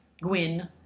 Gwyn